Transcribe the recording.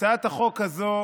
הצעת החוק הזו